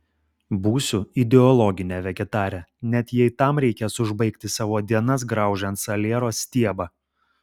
būsiu ideologinė vegetarė net jei tam reikės užbaigti savo dienas graužiant saliero stiebą